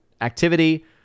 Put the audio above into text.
activity